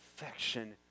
affection